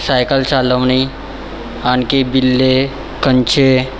cycle चालवणे आणखी बिल्ले कंचे